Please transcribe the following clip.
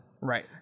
Right